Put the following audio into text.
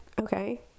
okay